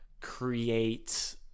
create